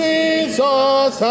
Jesus